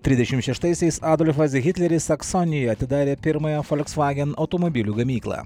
trisdešimt šeštaisiais adolfas hitleris saksonijoj atidarė pirmąją folskvagen automobilių gamyklą